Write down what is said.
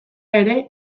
ere